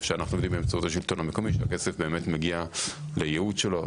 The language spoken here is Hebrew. שאנחנו --- באמצעות השלטון המקומי מגיע לייעוד שלו.